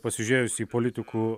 pasižiūrėjus į politikų